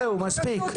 זהו מספיק,